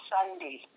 Sunday